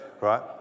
Right